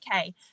okay